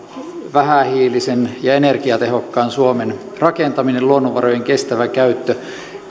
vähähiilisen ja energiatehokkaan suomen rakentaminen luonnonvarojen kestävä käyttö